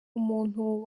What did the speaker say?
umuntu